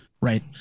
Right